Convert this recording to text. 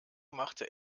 machte